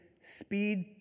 speed